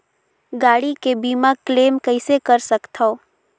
गाड़ी के बीमा क्लेम कइसे कर सकथव?